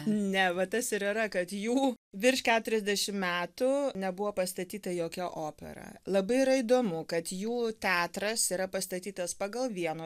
ne va tas ir yra kad jų virš keturiasdešim metų nebuvo pastatyta jokia opera labai yra įdomu kad jų teatras yra pastatytas pagal vieno